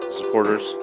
supporters